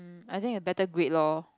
I think a better grade lor